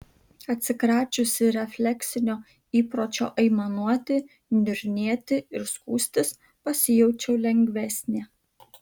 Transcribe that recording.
atsikračiusi refleksinio įpročio aimanuoti niurnėti ir skųstis pasijaučiau lengvesnė